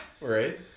Right